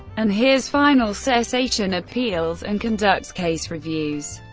and hears final cessation appeals and conducts case reviews.